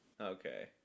okay